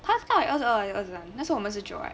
她在二十二二十三那时我们十九 right